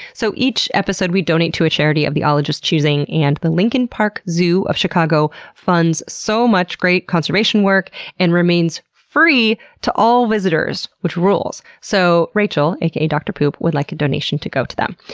so each episode we donate to a charity of the ologists' choosing, and the lincoln park zoo of chicago funds so much great conservation work and remains free to all visitors. which rules! so rachel, aka dr. poop, would like a donation to go to them.